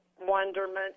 wonderment